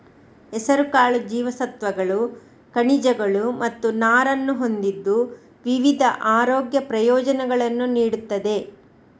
ಹೆಸರುಕಾಳು ಜೀವಸತ್ವಗಳು, ಖನಿಜಗಳು ಮತ್ತು ನಾರನ್ನು ಹೊಂದಿದ್ದು ವಿವಿಧ ಆರೋಗ್ಯ ಪ್ರಯೋಜನಗಳನ್ನು ನೀಡುತ್ತದೆ